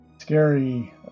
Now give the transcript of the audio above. scary